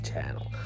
channel